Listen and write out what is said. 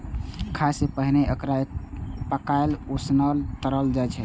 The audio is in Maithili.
खाय सं पहिने एकरा पकाएल, उसनल, तरल जाइ छै